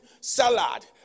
salad